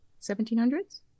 1700s